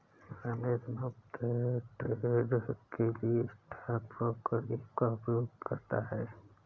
रमेश मुफ्त ट्रेड के लिए स्टॉक ब्रोकर ऐप का उपयोग करता है